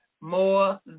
More